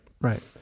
right